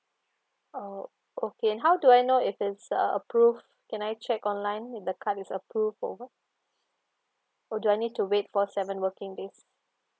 oh okay how do I know if it's uh approved can I check online when the card is approved or what or do I need to wait for seven days